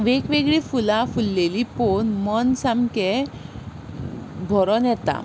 वेगवेगळीं फुलां फुल्लेलीं पळोवन मन सामकें भरून येता